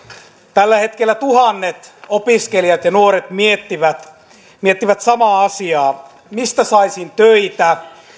tällä hetkellä tuhannet opiskelijat ja nuoret miettivät miettivät samaa asiaa mistä saisin töitä